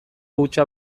hutsa